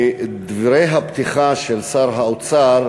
בדברי הפתיחה של שר האוצר,